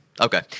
Okay